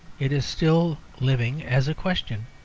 it is still living as a question,